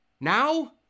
now